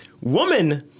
Woman